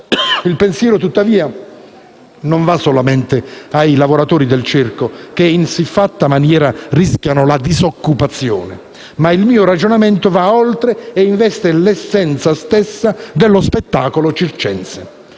Il pensiero, tuttavia, non va solamente ai lavoratori del circo che in siffatta maniera rischiano la disoccupazione. Il mio ragionamento va oltre e investe l'essenza stessa dello spettacolo circense.